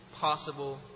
possible